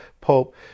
Pope